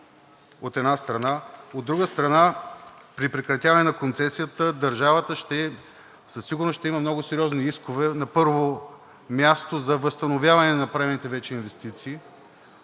От друга страна, при прекратяване на концесията държавата със сигурност ще има много сериозни искове на първо място за възстановяване на направените вече инвестиции.